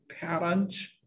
parents